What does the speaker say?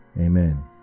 amen